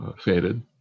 faded